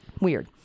Weird